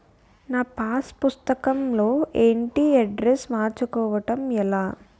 నా పాస్ పుస్తకం లో ఇంటి అడ్రెస్స్ మార్చుకోవటం ఎలా?